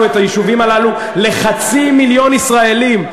את היישובים הללו לחצי מיליון ישראלים.